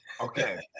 Okay